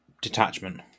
detachment